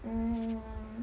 mm